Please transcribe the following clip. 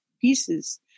pieces